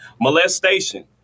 Molestation